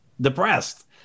depressed